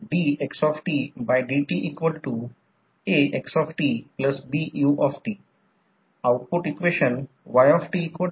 तर आता पुढे लोड नसलेला ट्रान्सफॉर्मर आहे सॉरी लोड असलेला ट्रान्सफॉर्मर आहे जेव्हा ट्रान्सफॉर्मर लोडवर असतो तेव्हा म्हणून प्रथम हे लोड असलेला ट्रान्सफॉर्मर